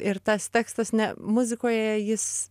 ir tas tekstas ne muzikoje jis